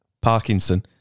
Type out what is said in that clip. Parkinson